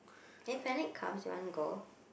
if Panic comes do you want to go